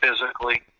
physically